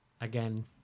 Again